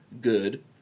good